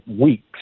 weeks